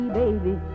baby